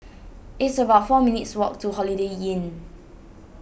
it's about four minutes' walk to Holiday Inn